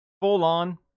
full-on